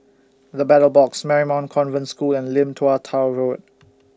The Battle Box Marymount Convent School and Lim Tua Tow Road